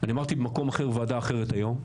אני אמרתי במקום אחר בוועדה אחרת היום.